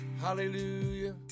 Hallelujah